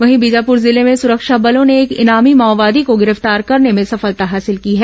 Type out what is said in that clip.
वहीं बीजापुर जिले मेँ सुरक्षा बलों ने एक इनामी माओवादी को गिरफ्तार करने में सफलता हासिल की है